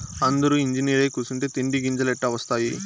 అందురూ ఇంజనీరై కూసుంటే తిండి గింజలెట్టా ఒస్తాయి